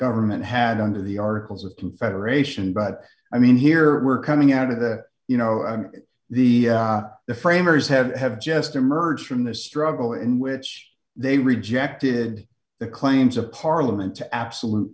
government had under the articles of confederation but i mean here we're coming out of the you know the the framers have have just emerged from the struggle in which they rejected the claims of parliament to absolute